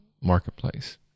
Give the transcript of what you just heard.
marketplace